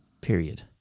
Period